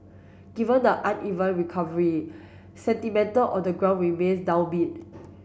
given the uneven recovery sentimental on the ground remains downbeat